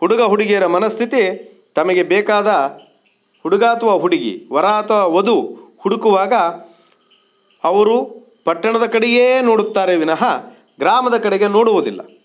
ಹುಡುಗ ಹುಡುಗಿಯರ ಮನಸ್ಥಿತಿ ತಮಗೆ ಬೇಕಾದ ಹುಡುಗ ಅಥವಾ ಹುಡುಗಿ ವರ ಅಥವಾ ವಧು ಹುಡುಕುವಾಗ ಅವರು ಪಟ್ಟಣದ ಕಡೆಗೇ ನೋಡುತ್ತಾರೆ ವಿನಹ ಗ್ರಾಮದ ಕಡೆಗೆ ನೋಡುವುದಿಲ್ಲ